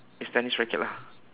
it's tennis racket lah